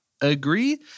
agree